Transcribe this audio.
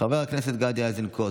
חבר הכנסת גדי איזנקוט,